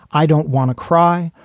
i don't want to cry.